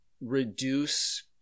reduce